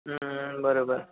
हं हं बरोबर